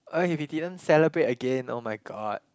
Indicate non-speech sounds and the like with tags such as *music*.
*noise* if you didn't celebrate again oh my god